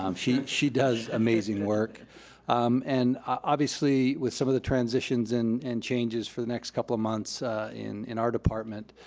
um she she does amazing work and obviously with some of the transitions and changes for the next couple of months in in our department,